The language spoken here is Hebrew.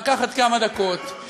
לקחת כמה דקות,